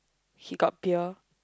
he got beer